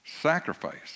sacrifice